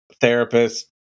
Therapist